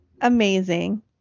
amazing